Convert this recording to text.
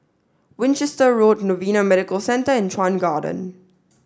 Winchester Road Novena Medical Centre and Chuan Garden